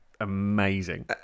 amazing